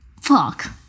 Fuck